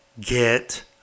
Get